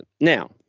Now